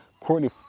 courtney